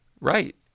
right